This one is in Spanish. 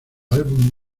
álbum